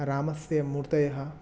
रामस्य मूर्तयः